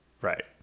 Right